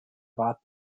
rat